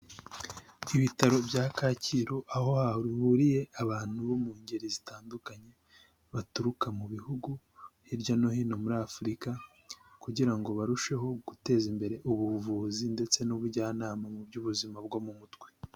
Ibitaro bya Kacyiru aho ruhuriye abantu bo mu ngeri zitandukanye baturuka mu bihugu hirya no hino muri Afurika kugira barusheho guteza imbere ubuvuzi ndetse n'ubujyanama mu by'ubuzima bwo mu mutwe.